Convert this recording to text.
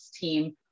team